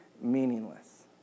meaningless